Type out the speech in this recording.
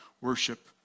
worship